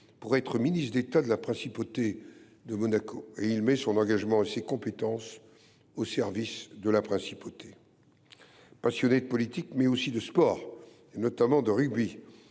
Albert II, ministre d’État de la Principauté de Monaco, et met son engagement et ses compétences au service de la principauté. Passionné de politique, mais aussi de sport, et notamment de rugby,